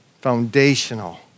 foundational